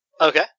Okay